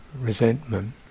resentment